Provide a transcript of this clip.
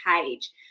page